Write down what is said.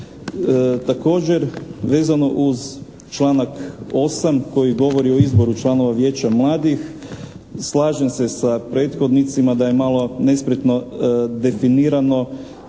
Također, vezano uz članak 8. koji govori o izboru članova vijeća mladih, slažem se sa prethodnicima da je malo nespretno definirano